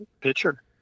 pitcher